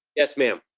yes, ma'am.